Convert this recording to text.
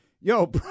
Yo